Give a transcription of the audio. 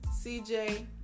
CJ